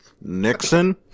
Nixon